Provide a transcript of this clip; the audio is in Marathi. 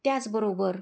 त्याचबरोबर